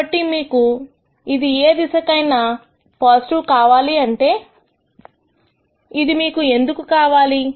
కాబట్టి మీకు ఇది ఏ దిశకైనా ఇది పాజిటివ్ కావాలి అంటే ఇది మీకు ఎందుకు కావాలి